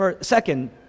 Second